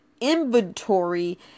inventory